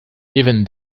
even